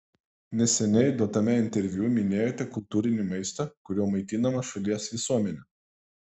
neseniai duotame interviu minėjote kultūrinį maistą kuriuo maitinama šalies visuomenė